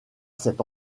cet